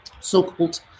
so-called